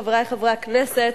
חברי חברי הכנסת,